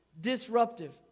disruptive